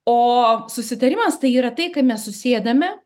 o susitarimas tai yra tai kai mes susėdame